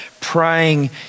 praying